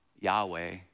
Yahweh